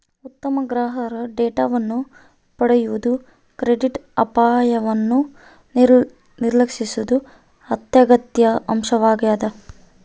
ಉತ್ತಮ ಗ್ರಾಹಕ ಡೇಟಾವನ್ನು ಪಡೆಯುವುದು ಕ್ರೆಡಿಟ್ ಅಪಾಯವನ್ನು ನಿರ್ವಹಿಸಲು ಅತ್ಯಗತ್ಯ ಅಂಶವಾಗ್ಯದ